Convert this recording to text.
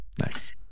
Nice